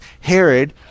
Herod